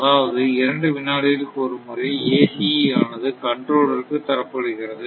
அதாவது இரண்டு வினாடிகளுக்கு ஒருமுறை ACE யானது கண்ட்ரோலர் க்கு தரப்படுகிறது